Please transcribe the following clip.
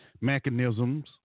mechanisms